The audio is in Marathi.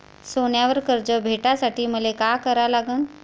सोन्यावर कर्ज भेटासाठी मले का करा लागन?